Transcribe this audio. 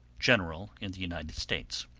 general in the united states.